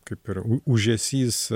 kaip ir ū ūžesys